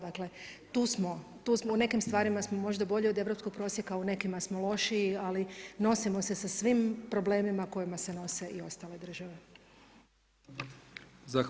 Dakle, tu smo, u nekim stvarima smo možda bolji od europskog prosjeka, u nekima smo lošiji, ali nosimo se s svim problemima kojima se n ose i ostale države.